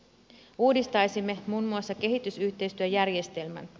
uudistaisimme muun muassa kehitysyhteistyöjärjestelmän